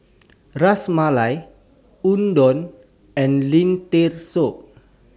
Ras Malai Udon and Lentil Soup